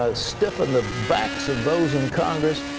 ah stiffen the backs of those in congress.